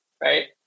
Right